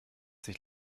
sich